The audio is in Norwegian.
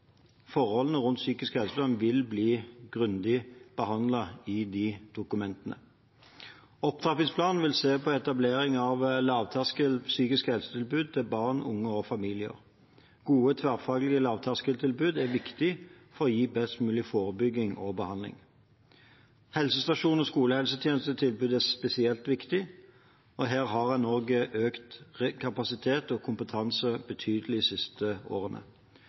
vil bli grundig behandlet i de dokumentene. I opptrappingsplanen vil man se på etablering av lavterskel psykisk helsetilbud til barn, unge og familier. Gode tverrfaglige lavterskeltilbud er viktig for å gi best mulig forebygging og behandling. Helsestasjons- og skolehelsetjenestetilbudet er svært viktig, og her har en også økt kapasiteten og kompetansen betydelig de siste årene.